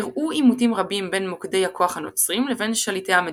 אירעו עימותים רבים בין מוקדי הכוח הנוצריים לבין שליטי המדינות,